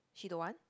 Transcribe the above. she don't want